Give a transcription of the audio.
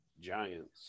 Giants